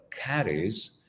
carries